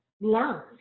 learn